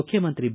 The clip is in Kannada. ಮುಖ್ಯಮಂತ್ರಿ ಬಿ